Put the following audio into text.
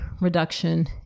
reduction